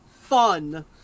fun